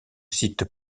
site